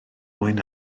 mwyn